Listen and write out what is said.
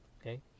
okay